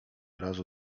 razu